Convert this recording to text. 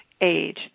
age